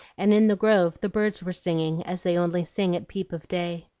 and in the grove the birds were singing, as they only sing at peep of day.